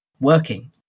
working